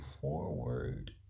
forward